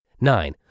Nine